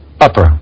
upper